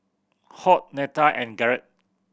Hoyt Netta and Garret